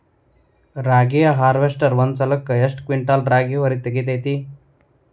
ರಾಗಿಯ ಹಾರ್ವೇಸ್ಟರ್ ಒಂದ್ ಸಲಕ್ಕ ಎಷ್ಟ್ ಕ್ವಿಂಟಾಲ್ ರಾಗಿ ಹೊರ ತೆಗಿತೈತಿ?